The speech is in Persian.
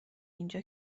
اینجا